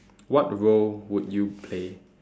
what role would you play